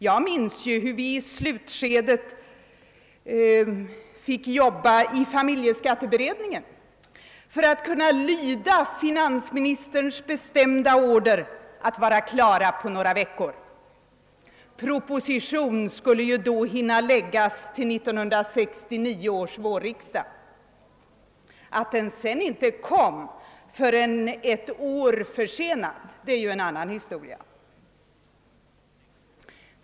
Jag minns hur vi i familjeskatteberedningen fick jobba i slutskedet för att kunna lyda finansministerns bestämda order att vara klara på några veckor — proposition skulle då hinna läggas fram till 1969 års vårriksdag. Att den sedan inte kom förrän ett år försenad är en annan historia.